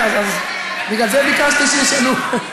אז בגלל זה ביקשתי שישנו.